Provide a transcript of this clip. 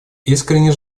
искренне